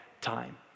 time